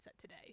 today